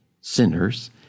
sinners